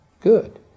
good